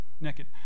naked